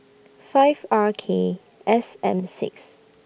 five R K S M six